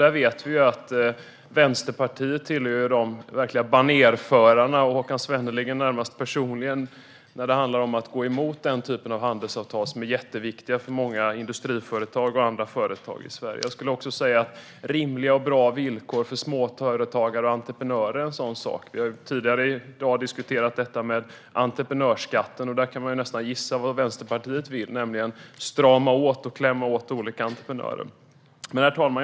Där vet vi att Vänsterpartiet tillhör de verkliga banerförarna, och Håkan Svenneling närmast personligen, när det handlar om att gå emot den typen av handelsavtal som är jätteviktiga för många industriföretag och andra företag i Sverige. Rimliga och bra villkor för småföretagare och entreprenörer är också en sådan sak. Vi har tidigare i dag diskuterat detta med entreprenörsskatten, och där kan man ju nästan gissa vad Vänsterpartiet vill, nämligen strama åt och klämma åt olika entreprenörer. Herr talman!